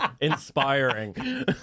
Inspiring